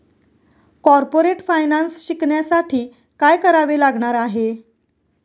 Corporate finance शिकण्यासाठी काय करावे लागणार आहे?